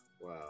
Wow